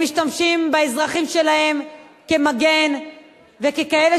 הם משתמשים באזרחים שלהם כמגן וככאלה